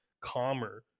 calmer